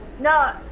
no